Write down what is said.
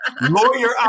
Lawyer